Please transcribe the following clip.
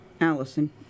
Allison